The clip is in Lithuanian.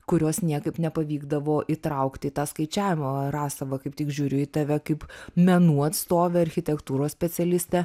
kurios niekaip nepavykdavo įtraukti į tą skaičiavimą va rasa va kaip tik žiūriu į tave kaip menų atstovę architektūros specialistę